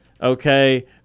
okay